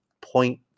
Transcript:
point